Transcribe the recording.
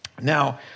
Now